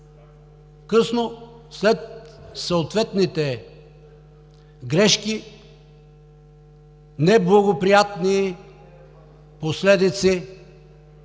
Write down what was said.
Късно – след съответните грешки, неблагоприятни последици,